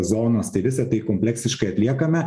zonos tai visa tai kompleksiškai atliekame